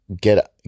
get